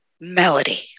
Melody